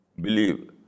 believe